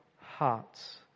hearts